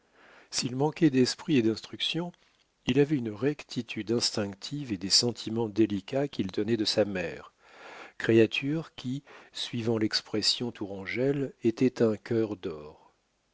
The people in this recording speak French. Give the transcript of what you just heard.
s'il manquait d'esprit et d'instruction il avait une rectitude instinctive et des sentiments délicats qu'il tenait de sa mère créature qui suivant l'expression tourangelle était un cœur d'or